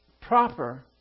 proper